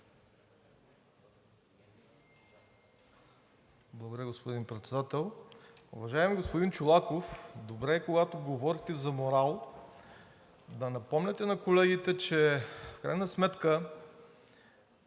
Благодаря, господин Председател.